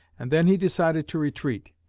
and then he decided to retreat.